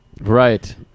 Right